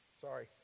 sorry